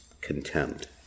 contempt